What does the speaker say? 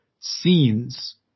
scenes